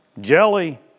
jelly